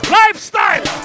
lifestyle